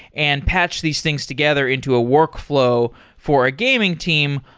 and patch these things together into a workflow for a gaming team.